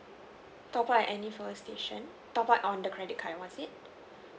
top up at any fuel station top up on the credit card was it